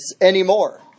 anymore